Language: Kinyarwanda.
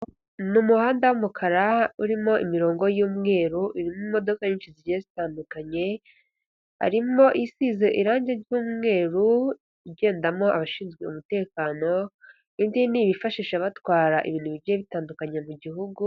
Ni umuhanda w’umukara urimo imirongo y'umweru, imodoka nyinshi zigiye zitandukanye harimo isize irangi ry'umweru igendamo abashinzwe umutekano n’indi yifashishwa batwara ibintu bigiye bitandukanye mu gihugu.